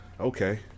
Okay